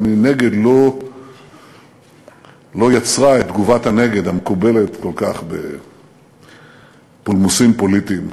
אבל מנגד לא יצרה את תגובת הנגד המקובלת כל כך בפולמוסים פוליטיים.